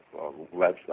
website